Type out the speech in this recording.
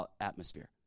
atmosphere